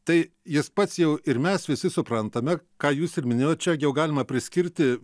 tai jis pats jau ir mes visi suprantame ką jūs ir minėjot čia jau galima priskirti